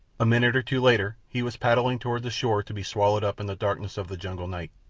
a minute or two later he was paddling toward the shore to be swallowed up in the darkness of the jungle night,